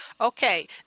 Okay